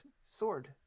sword